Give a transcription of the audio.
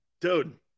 Dude